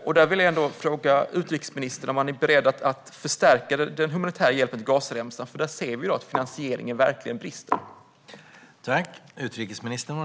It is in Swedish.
Jag vill därför ändå fråga utrikesministern om man är beredd att förstärka den humanitära hjälpen till Gazaremsan, för där ser vi ju att finansieringen verkligen brister.